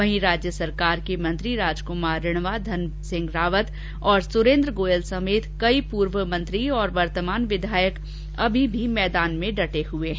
वहीं राज्य सरकार के मंत्री राजकुमार रिणवा धनसिंह रावत सुरेन्द्र गोयल समेत कई पूर्व मंत्री और वर्तमान विधायक अभी भी मैदान में डटे हुए हैं